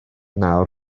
nawr